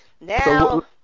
Now